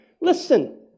Listen